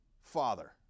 Father